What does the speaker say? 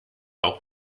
auch